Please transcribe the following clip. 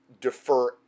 defer